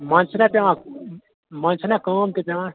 منٛزٕ چھِنا پٮ۪وان منٛزٕ چھِنا کٲم تہِ پٮ۪وان